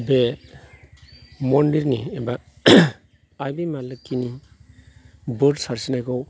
बे मन्दिरनि एबा आइ बिमा लोक्षिनि बोर सारस्रिनायखौ